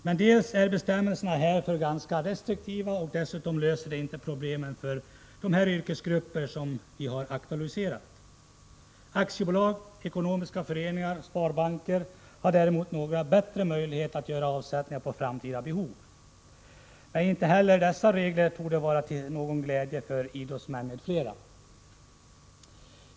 Men dels är bestämmelserna härför ganska restriktiva, dels löser de inte problemen för de yrkesgrupper som vi har aktualiserat. Aktiebolag, ekonomiska föreningar och sparbanker har däremot bättre möjligheter att göra avsättningar för framtida behov. Men inte heller dessa regler torde vara till någon glädje för idrottsmän m.fl.